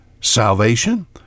salvation